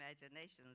imaginations